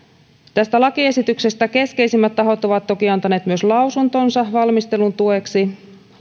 tästä lakiesityksestä keskeisimmät tahot ovat toki antaneet myös lausuntonsa valmistelun tueksi